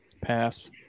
Pass